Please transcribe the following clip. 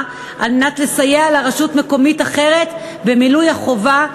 על מנת לסייע לרשות מקומית אחרת במילוי החובה,